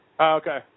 okay